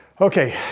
Okay